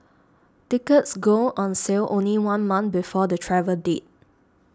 tickets go on sale only one month before the travel date